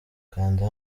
kanda